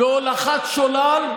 בהולכת שולל,